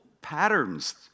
patterns